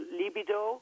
libido